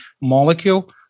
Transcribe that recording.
molecule